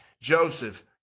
Joseph